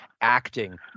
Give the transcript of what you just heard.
Acting